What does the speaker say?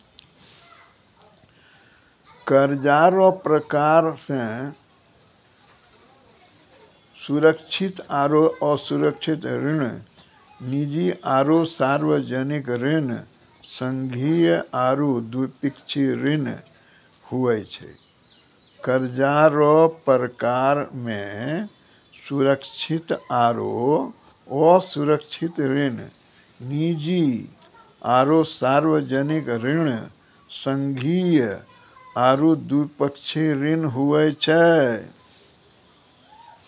कर्जा रो परकार मे सुरक्षित आरो असुरक्षित ऋण, निजी आरो सार्बजनिक ऋण, संघीय आरू द्विपक्षीय ऋण हुवै छै